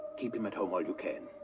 keep him at home all you can.